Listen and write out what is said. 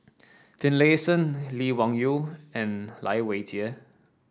Finlayson Lee Wung Yew and Lai Weijie